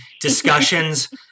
discussions